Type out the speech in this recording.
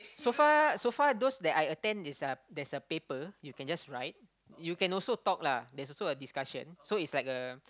so far so far those that I attend is uh there's a paper you can just write you can also talk lah there's also a discussion so it's like a